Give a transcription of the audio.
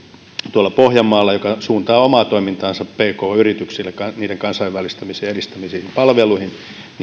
joka suuntaa omaa toimintaansa pk yrityksille niiden kansainvälistymistä edistäviin palveluihin